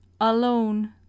Alone